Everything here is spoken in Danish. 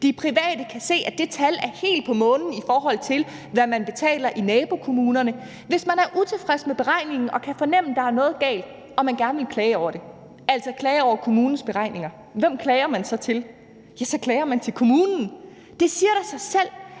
de private kan se, at det tal er helt på månen, i forhold til hvad man betaler i nabokommunerne, så spørger jeg: Hvis man er utilfreds med beregningen og kan fornemme, at der er noget galt, og man gerne vil klage over det, altså klage over kommunens beregninger, hvem klager man så til? Ja, så klager man til kommunen. Det siger da sig selv,